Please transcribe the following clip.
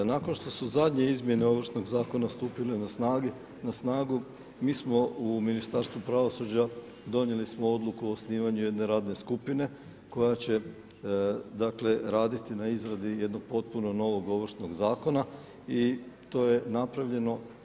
Nakon štos u zadnje izmjene Ovršnog zakona stupile na snagu mi smo u Ministarstvu pravosuđa donijeli smo odluku o osnivanju jedne radne skupine koja će, dakle raditi na izradi jednog potpuno novog Ovršnog zakona i to je napravljeno.